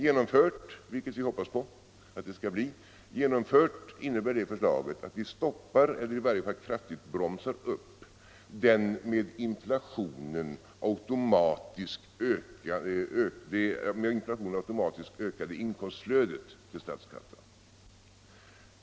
Genomfört, vilket vi hoppas på, innebär förslaget att vi stoppar eller i varje fall kraftigt bromsar upp det med inflationen automatiskt ökade inkomstflödet till statskassan.